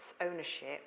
ownership